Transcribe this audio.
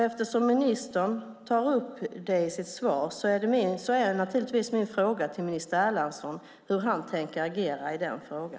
Eftersom ministern tar upp detta i sitt svar är min fråga hur han tänker agera i denna fråga.